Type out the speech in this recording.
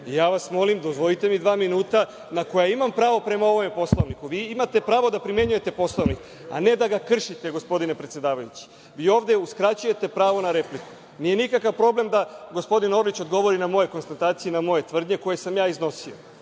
vas molim, dozvolite mi dva minuta, na koja imam pravo prema ovom Poslovniku. Vi imate pravo da primenjujete Poslovnik, a ne da ga kršite, gospodine predsedavajući, i da ovde uskraćujete pravo na repliku. Nije nikakav problem da gospodin Orlić odgovori na moje konstatacije i na moje tvrdnje koje sam ja iznosio